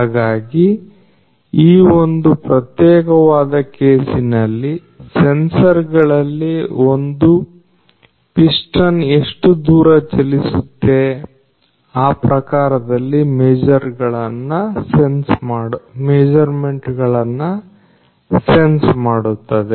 ಹಾಗಾಗಿ ಈ ಒಂದು ಪ್ರತ್ಯೇಕವಾದ ಕೇಸಿನಲ್ಲಿ ಸೆನ್ಸರ್ ಗಳಲ್ಲಿ ಒಂದು ಪಿಸ್ಟನ್ ಎಷ್ಟು ದೂರ ಚಲಿಸುತ್ತೆ ಆ ಪ್ರಕಾರದಲ್ಲಿ ಮೆಜರ್ಮೆಂಟ್ ಗಳನ್ನ ಸೆನ್ಸ್ ಮಾಡುತ್ತದೆ